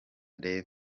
rev